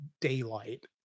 daylight